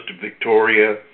Victoria